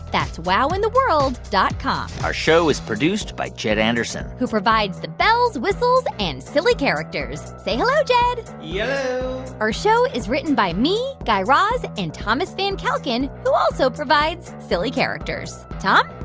that's wowintheworld dot com our show is produced by jed anderson who provides the bells, whistles and silly characters. say hello, jed yello yeah our show is written by me, guy raz and thomas van kalken, who also provides silly characters. tom?